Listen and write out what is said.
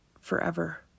forever